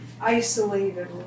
isolated